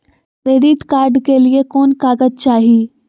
Credit card के लिए कौन कागज चाही?